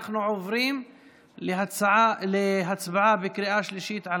אנחנו עוברים להצבעה בקריאה שלישית על